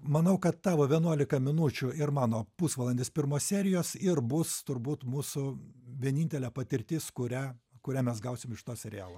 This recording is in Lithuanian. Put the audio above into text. manau kad tavo vienuolika minučių ir mano pusvalandis pirmos serijos ir bus turbūt mūsų vienintelė patirtis kurią kurią mes gausim iš to serialo